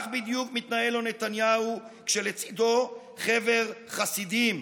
כך בדיוק מתנהל לו נתניהו, כשלצידו חבר חסידים.